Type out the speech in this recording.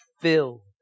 filled